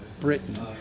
Britain